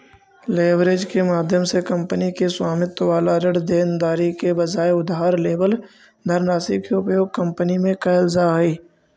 leverage के माध्यम से कंपनी के स्वामित्व वाला ऋण देनदारी के बजाय उधार लेवल धनराशि के उपयोग कंपनी में कैल जा हई